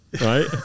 right